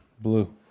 Blue